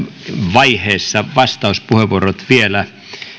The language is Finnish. vaiheessa vastauspuheenvuorot vielä